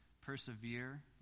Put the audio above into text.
persevere